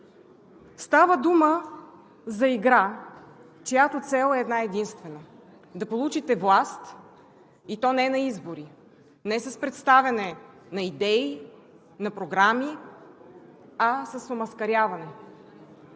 Става дума за игра, чиято цел е една-единствена: да получите власт, и то не на избори, не с представяне на идеи, на програми, а с омаскаряване.